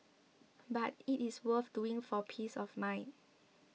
but it is worth doing for peace of mind